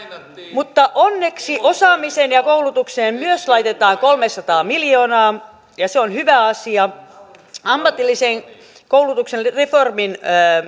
mutta onneksi osaamiseen ja koulutukseen myös laitetaan kolmesataa miljoonaa ja se on hyvä asia ammatillisen koulutuksen reformin